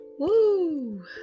Woo